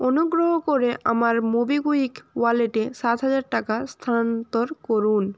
অনুগ্রহ করে আমার মোবিকুইক ওয়ালেটে সাত হাজার টাকা স্থানান্তর করুন